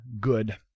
good